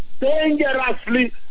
dangerously